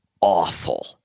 awful